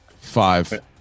Five